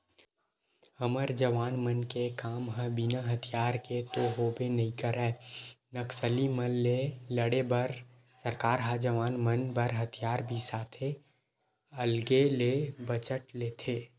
हमर जवान मन के काम ह बिना हथियार के तो होबे नइ करय नक्सली मन ले लड़े बर सरकार ह जवान मन बर हथियार बिसाथे अलगे ले बजट लेके